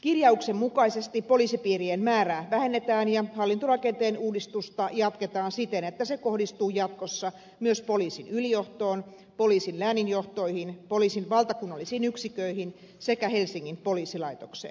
kirjauksen mukaisesti poliisipiirien määrää vähennetään ja hallintorakenteen uudistusta jatketaan siten että se kohdistuu jatkossa myös poliisin ylijohtoon poliisin lääninjohtoihin poliisin valtakunnallisiin yksiköihin sekä helsingin poliisilaitokseen